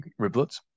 riblets